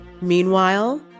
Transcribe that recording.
Meanwhile